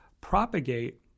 propagate